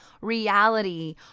reality